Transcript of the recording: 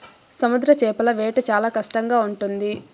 సముద్ర చేపల వేట చాలా కష్టంగా ఉంటుంది